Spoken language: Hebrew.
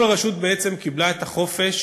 כל רשות בעצם קיבלה את החופש